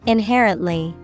Inherently